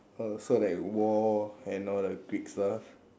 oh so like war and all the Greek stuff